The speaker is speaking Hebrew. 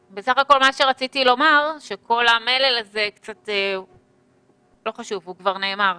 רציתי לומר שכל המלל הזה כבר נאמר.